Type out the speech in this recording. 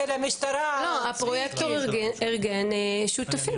הפרויקטור ארגן שותפים.